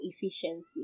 efficiency